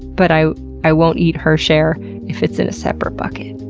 but i i won't eat her share if it's in a separate bucket.